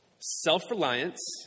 Self-reliance